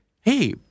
Hey